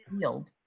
field